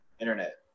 Internet